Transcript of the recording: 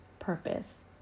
purpose